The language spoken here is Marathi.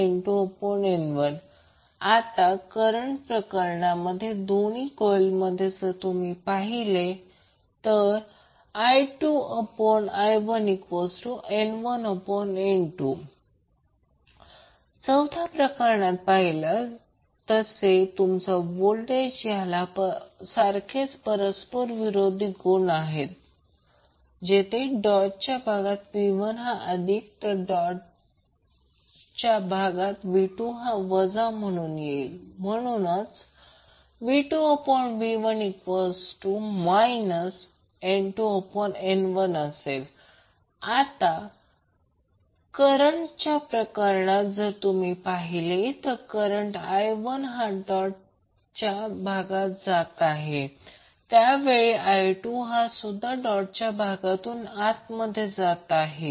V2V1 N2N1 आता करंटच्या प्रकरणांमध्ये दोन्ही कॉइलमध्ये जर तुम्ही पाहिले I2I1N1N2 चौथ्या प्रकरणात पाहिलयास तसे तुमचा वोल्टेज याला सारखेच परस्परविरोधी गुण आहेत जेथे डॉटच्या भागात V1 हा अधिक तर डॉटच्या भागात V2 हा वजा म्हणून V2V1 N2N1 आता करंटच्या प्रकरणात जर तुम्ही पाहिले तर करंट I1 हा डॉटच्या भागात जात आहे त्याच वेळी I2 हा सुद्धा डॉटच्या भागातून आतमध्ये जात आहे